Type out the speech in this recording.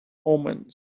omens